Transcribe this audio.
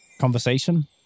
Conversation